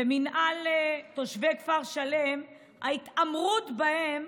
ומינהל תושבי כפר שלם, ההתעמרות בהם,